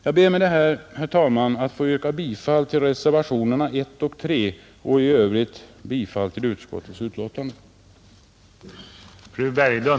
Jag ber, herr talman, att med det anförda få yrka bifall till reservationerna 1 och 3 och i övrigt bifall till utskottets hemställan.